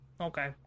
Okay